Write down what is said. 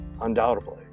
undoubtedly